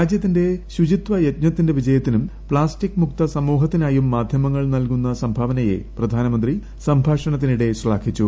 രാജ്യത്തിന്റെ ശുചിത്വ യജ്ഞത്തിന്റെ വിജയത്തിനും പ്ലാസ്റ്റിക് മുക്ത സമൂഹത്തിനായും മാധ്യമങ്ങൾ നൽകുന്ന സംഭാവനയെ പ്രധാനമന്ത്രി സംഭാഷണത്തിനിടെ ശ്ലാഘിച്ചു